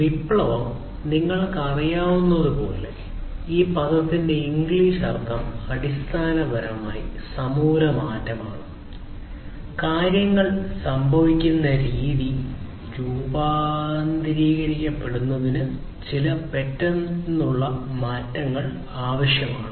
വിപ്ലവം നിങ്ങൾക്കറിയാവുന്നതുപോലെ ഈ പദത്തിന്റെ ഇംഗ്ലീഷ് അർത്ഥം അടിസ്ഥാനപരമായി സമൂല മാറ്റം ആണ് കാര്യങ്ങൾ സംഭവിക്കുന്ന രീതി രൂപാന്തരപ്പെടുത്തുന്നതിന് ചില പെട്ടെന്നുള്ള മാറ്റങ്ങൾ ആവശ്യമാണ്